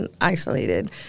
isolated